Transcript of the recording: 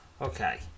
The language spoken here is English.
Okay